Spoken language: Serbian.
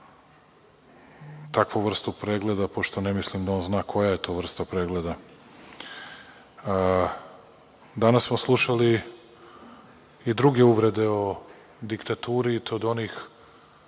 takvu vrstu pregleda, pošto ne mislim da on zna koja je to vrsta pregleda. Danas smo slušali i druge uvrede o diktaturi, i to od onih,